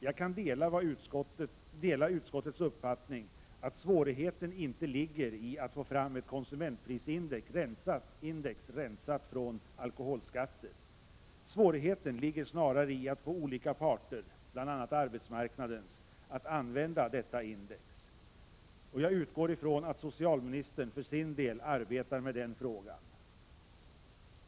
Jag kan dela utskottets uppfattning att svårigheten inte ligger i att få fram ett konsumentprisindex rensat från alkoholskatter. Svårigheten ligger snarare i att få olika parter, bl.a. arbetsmarknadens, att använda detta index. Jag utgår från att socialministern för sin del arbetar med den frågan.